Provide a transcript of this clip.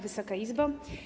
Wysoka Izbo!